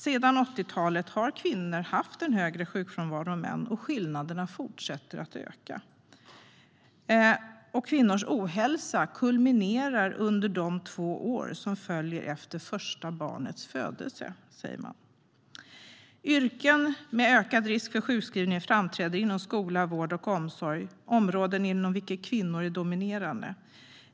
Sedan 80-talet har kvinnor haft högre sjukfrånvaro än män, och skillnaderna fortsätter att öka. Kvinnors ohälsa kulminerar under de två år som följer efter första barnets födelse. Yrken med ökad risk för sjukskrivning framträder inom skola, vård och omsorg, områden inom vilka kvinnor är dominerande.